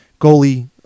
goalie